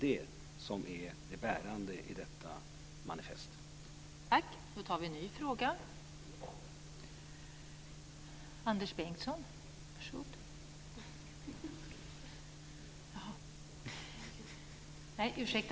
Det är det bärande i detta manifest.